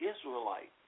Israelite